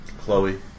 Chloe